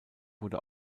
wurde